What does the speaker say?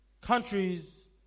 countries